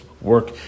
work